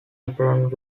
apparent